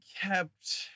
kept